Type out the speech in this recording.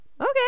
okay